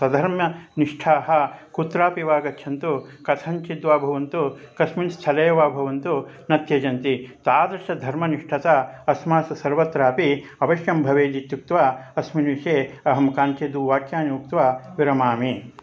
स्वधर्मनिष्ठाः कुत्रापि वा गच्छन्तु कथञ्चिद्वा भवन्तु कस्मिन् स्थले वा भवन्तु न त्यजन्ति तादृशधर्मनिष्ठता अस्मासु सर्वत्रापि अवश्यं भवेदित्युक्त्वा अस्मिन् विषये अहं कानिचिद् वाक्यानि उक्त्वा विरमामि